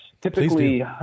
Typically